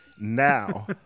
Now